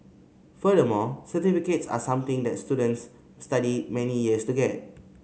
furthermore certificates are something that students study many years to get